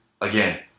Again